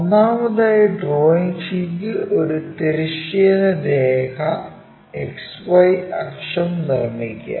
ഒന്നാമതായി ഡ്രോയിംഗ് ഷീറ്റിൽ ഒരു തിരശ്ചീന രേഖ X Y അക്ഷം നിർമ്മിക്കുക